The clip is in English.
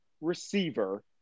receiver